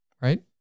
right